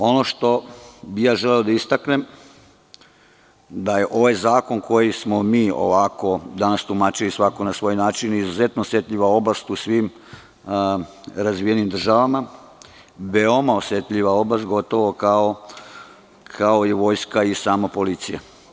Ono što bih ja želeo da istaknem, da je ovaj zakon koji smo mi ovako danas tumačili svako na svoj način, izuzetno osetljiva oblast u svim razvijenim državama, veoma osetljiva oblast gotovo kao i vojska i sama policija.